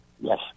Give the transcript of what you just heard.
Yes